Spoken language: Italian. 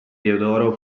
teodoro